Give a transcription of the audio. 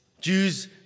Jews